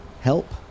help